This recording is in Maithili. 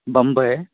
बम्बइ